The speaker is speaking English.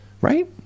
right